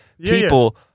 people